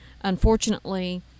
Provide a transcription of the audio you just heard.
unfortunately